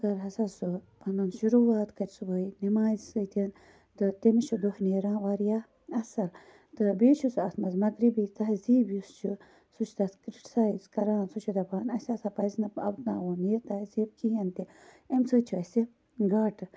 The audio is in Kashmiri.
اگر ہَسا سُہ پَنن شُروعات کَرِ صُبحٲے نمازِ سۭتۍ تہٕ تٔمِس چھُ دۄہ نیران واریاہ اصل تہٕ بیٚیہِ چھُس اتھ مَنٛز مَغربی تہزیٖب یُس چھُ سُہ چھُ تتھ کِرٹسایز کَران سُہ چھُ دَپان اَسہِ ہَسا پَزِ نہٕ اَپناوُن یہِ تہذیٖب کِہیٖنۍ تہِ امہ سۭتۍ چھُ اَسہِ گاٹہٕ